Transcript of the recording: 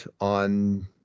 on